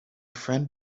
friend